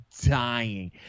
dying